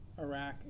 Iraq